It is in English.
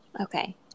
Okay